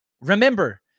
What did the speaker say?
Remember